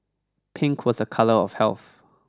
pink was a colour of health